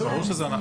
ברור שזה אנחנו.